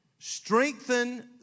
Strengthen